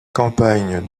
campagne